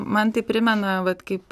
man tai primena vat kaip